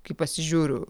kai pasižiūriu